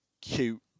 cute